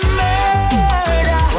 murder